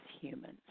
humans